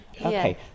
Okay